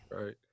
right